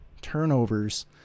turnovers